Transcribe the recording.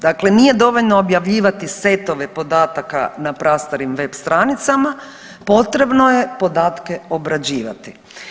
Dakle, nije dovoljno objavljivati setove podataka na prastarim web stranicama, potrebno je podatke obrađivati.